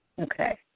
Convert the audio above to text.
Okay